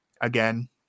again